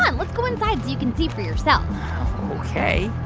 um let's go inside so you can see for yourself ok